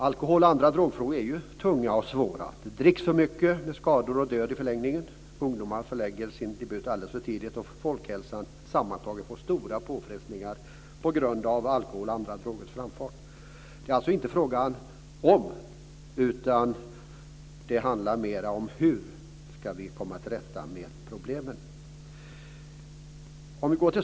Alkohol och andra drogfrågor är tunga och svåra. Det dricks för mycket, med skador och död i förlängningen. Ungdomar förlägger sin debut alldeles för tidigt, och folkhälsan sammantaget får stora påfrestningar på grund av alkohol och andra drogers framfart. Frågan är alltså inte om, utan hur vi ska komma till rätta med problemen.